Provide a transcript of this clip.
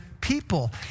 people